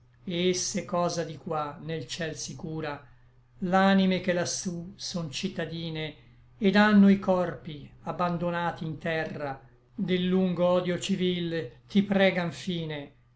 et se cosa di qua nel ciel si cura l'anime che lassú son citadine et ànno i corpi abandonati in terra del lungo odio civil ti pregan fine